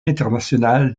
international